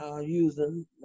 using